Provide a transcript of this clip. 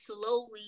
slowly